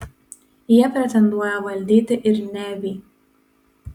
jie pretenduoja valdyti ir nevį